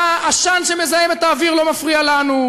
והעשן שמזהם את האוויר לא מפריע לנו,